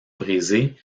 brisés